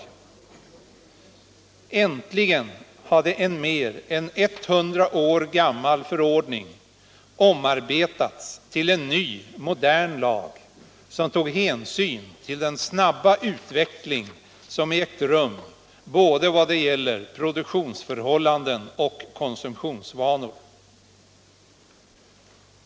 Äntligen hade en mer än hundra år gammal förordning omarbetats till en ny modern lag, som tog hänsyn till den snabba utveckling som ägt rum i vad gäller både produktionsförhållanden och konsumtionsvanor.